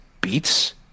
Beats